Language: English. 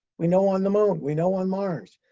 we know on the moon, we know on mars.